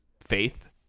faith